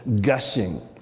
gushing